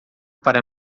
para